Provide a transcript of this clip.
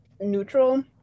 neutral